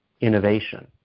innovation